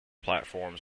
platforms